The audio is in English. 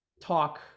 talk